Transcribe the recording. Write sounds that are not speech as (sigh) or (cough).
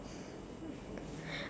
(breath)